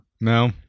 No